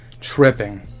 tripping